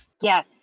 Yes